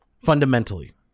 fundamentally